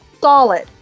solid